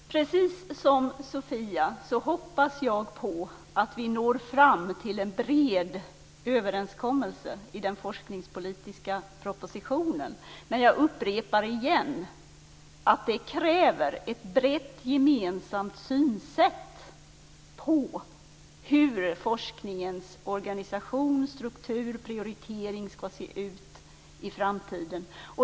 Herr talman! Precis som Sofia Jonsson hoppas jag att vi når fram till en bred överenskommelse om den forskningspolitiska propositionen. Men jag upprepar att det kräver ett brett gemensamt synsätt i fråga om hur forskningens organisation, struktur och prioritering ska se ut i framtiden.